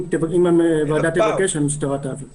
אם הוועדה תבקש המשטרה תעביר את הנתונים.